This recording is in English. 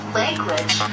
language